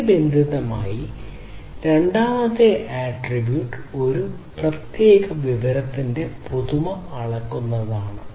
സമയബന്ധിതമായ രണ്ടാമത്തെ ആട്രിബ്യൂട്ട് ഒരു പ്രത്യേക വിവരത്തിന്റെ പുതുമ അളക്കുന്നതാണ്